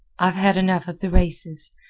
i've had enough of the races.